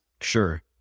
sure